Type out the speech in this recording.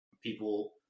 People